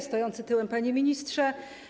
Stojący Tyłem Panie Ministrze!